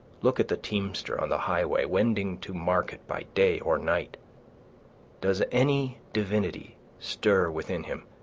look at the teamster on the highway, wending to market by day or night does any divinity stir within him?